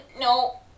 No